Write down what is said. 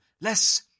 less